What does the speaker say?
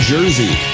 Jersey